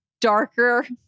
darker